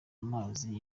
amazi